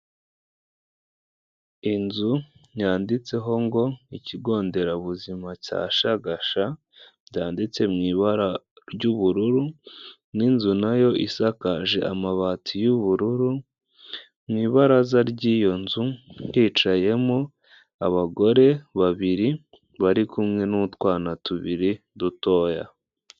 Inzu yanditseho ngo ikigo nderabuzima cya Shagasha byanditse mu ibara ry'ubururu n'inzu nayo isakaje amabati y'ubururu mu ibaraza ry'iyo nzu hicayemo abagore babiri bari kumwe n'utwana tubiri dutoya.